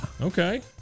Okay